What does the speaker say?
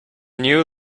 new